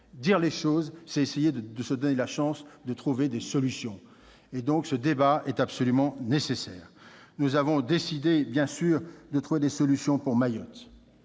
dire les choses, c'est essayer de se donner la chance de trouver des solutions ; ce débat est donc absolument nécessaire. Nous avons tenté, bien sûr, de trouver des solutions pour Mayotte